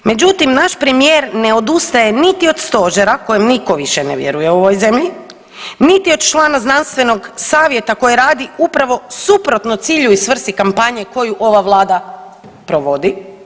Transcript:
Međutim, naš premijer ne odustaje niti od Stožera kojem nitko više ne vjeruje u ovoj zemlji, niti od člana Znanstvenog savjeta koji radi upravo suprotno cilju i svrsi kampanje koju ova Vlada provodi.